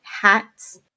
hats